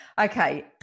Okay